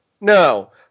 No